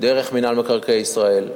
דרך מינהל מקרקעי ישראל,